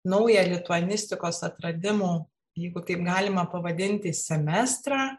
naują lituanistikos atradimų jeigu taip galima pavadinti semestrą